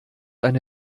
eine